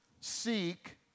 Seek